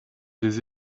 des